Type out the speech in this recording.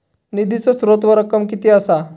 निधीचो स्त्रोत व रक्कम कीती असा?